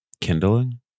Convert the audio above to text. Kindling